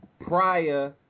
prior